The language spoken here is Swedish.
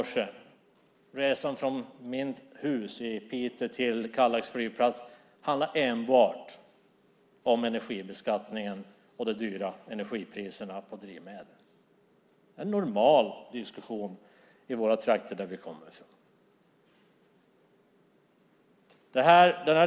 Diskussionen från mitt hus i Piteå till Kallax flygplats handlade enbart om energibeskattningen och de höga priserna på drivmedel. Det är en vanlig diskussion i de trakter jag kommer från.